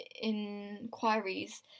inquiries